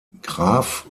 graf